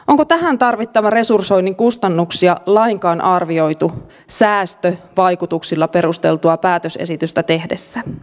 onko tähän tarvittavan resursoinnin kustannuksia lainkaan arvioitu säästövaikutuksilla perusteltua päätösesitystä tehdessä